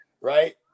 right